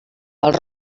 els